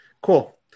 Cool